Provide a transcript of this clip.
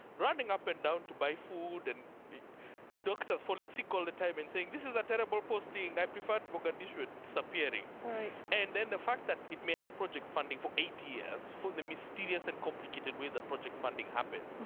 running up and down to buy food, and doctors falling sick all the time and saying, this is a terrible posting. i prefer mogadishu and disappearing, right, and then the fact that it may have project funding for eight years for the mysterious and complicated way that project funding happens,